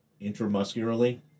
intramuscularly